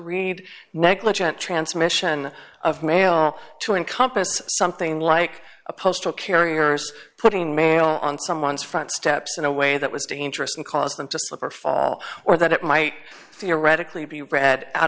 read negligent transmission of mail to encompass something like a postal carriers putting mail on someone's front steps in a way that was dangerous and caused them to slip or fall or that it might theoretically be read out